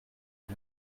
nel